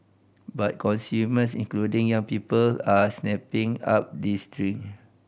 but consumers including young people are snapping up these drink